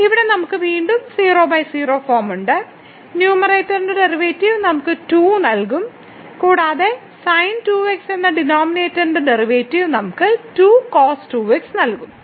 ഇവിടെ നമുക്ക് വീണ്ടും 00 ഫോം ഉണ്ട് ന്യൂമറേറ്ററിന്റെ ഡെറിവേറ്റീവ് നമുക്ക് 2 നൽകും കൂടാതെ sin2x എന്ന ഡിനോമിനേറ്ററിന്റെ ഡെറിവേറ്റീവ് നമുക്ക് 2cos2x നൽകും